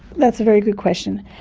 that's a very good question.